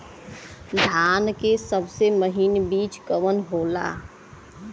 धान के सबसे महीन बिज कवन होला?